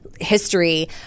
history